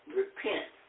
repent